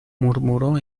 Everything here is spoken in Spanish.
murmuró